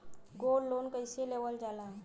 Gold loan कईसे लेवल जा ला?